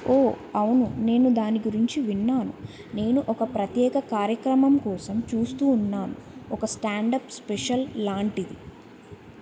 ఓ అవును నేను దాని గురించి విన్నాను నేను ఒక ప్రత్యేక కార్యక్రమం కోసం చూస్తూ ఉన్నాను ఒక స్టాండప్ స్పెషల్ లాంటిది